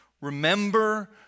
remember